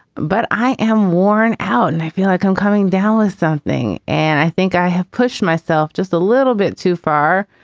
but i am worn out and i feel like i'm coming down with something and i think i have pushed myself just a little bit too far.